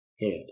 head